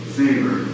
favor